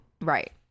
right